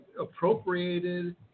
appropriated